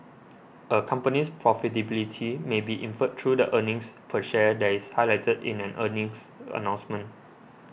a company's profitability may be inferred through the earnings per share that is highlighted in an earnings announcement